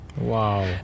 Wow